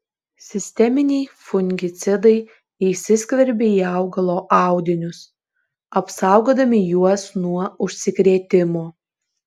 sisteminiai fungicidai įsiskverbia į augalo audinius apsaugodami juos nuo užsikrėtimo